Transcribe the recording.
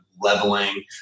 leveling